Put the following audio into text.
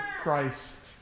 Christ